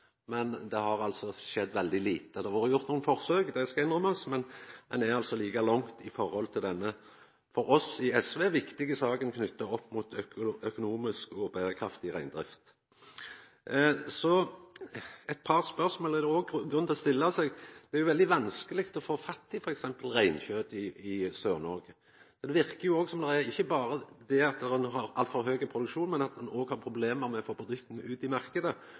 men det har altså skjedd veldig lite. Det har vore gjort nokre forsøk, det skal innrømmast, men ein er like langt når det gjeld denne – for oss i SV – viktige saka knytt opp mot økonomisk og økologisk berekraftig reindrift. Eit par spørsmål er det òg grunn til å stilla seg. Det er veldig vanskeleg å få fatt i f.eks. reinkjøt i Sør-Noreg. Det verkar jo som om det ikkje berre er det at ein har altfor høg produksjon, men at ein òg har problem med å få bedriftene ut i